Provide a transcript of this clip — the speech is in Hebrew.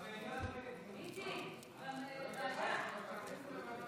איציק, ועדה.